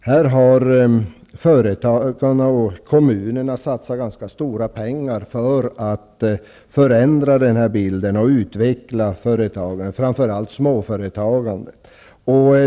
Här har företagarna och kommunerna satsat ganska stora pengar för att förändra den bilden och utveckla företagandet, framför allt småföretagandet.